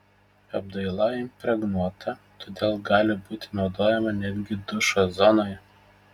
apdaila impregnuota todėl gali būti naudojama netgi dušo zonoje